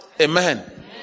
Amen